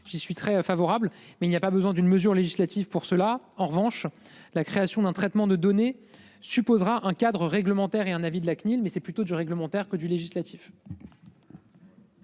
je suis très favorable mais il n'y a pas besoin d'une mesure législative pour cela. En revanche, la création d'un traitement de données supposera un cadre réglementaire est un avis de la CNIL, mais c'est plutôt du réglementaire que du législatif.--